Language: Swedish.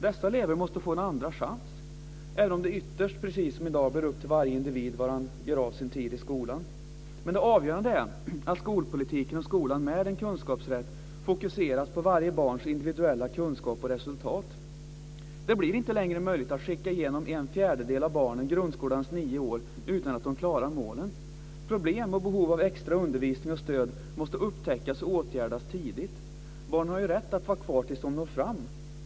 Dessa elever måste få en andra chans, även om det ytterst precis som i dag är upp till varje individ vad han gör av sin tid i skolan. Men det avgörande är att skolpolitiken och skolan med en kunskapsrätt fokuseras på varje barns individuella kunskap och resultat. Då blir det inte längre möjligt att skicka en fjärdedel av barnen igenom grundskolans nio år utan att de klarar målen. Problem och behov av extra undervisning och stöd måste upptäckas och åtgärdas tidigt. Barn har rätt att vara kvar tills de når fram.